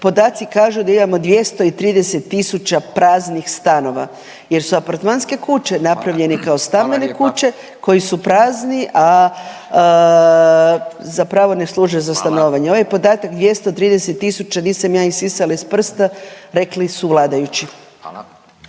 podaci kažu da imamo 230 000 praznih stanova, jer su apartmanske kuće napravljene kao stambene kuće koji su prazni a zapravo ne služe za stanovanje. …/Upadica Radin: Hvala./… Ovaj podatak 230 000 nisam ja isisala iz prsta, rekli su vladajući.